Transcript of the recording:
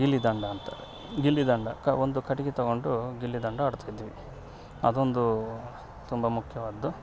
ಗಿಲ್ಲಿದಾಂಡು ಅಂತೇಳಿ ಗಿಲ್ಲಿದಾಂಡು ಕ ಒಂದು ಕಟ್ಟಿಗೆ ತಗೊಂಡು ಗಿಲ್ಲಿದಾಂಡು ಆಡ್ತಿದ್ವಿ ಅದೊಂದು ತುಂಬ ಮುಖ್ಯವಾದ್ದು